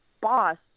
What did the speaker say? boss